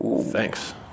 Thanks